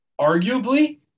arguably